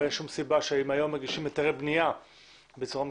אין שם סיבה שאם היום מגישים היתרי בנייה בצורה מקוונת,